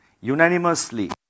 unanimously